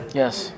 Yes